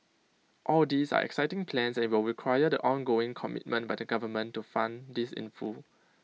all these are exciting plans and IT will require the ongoing commitment by the government to fund this in full